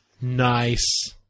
Nice